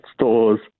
stores